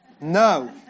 No